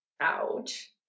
Ouch